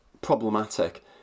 problematic